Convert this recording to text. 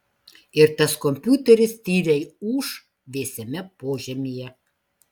ir tas kompiuteris tyliai ūš vėsiame požemyje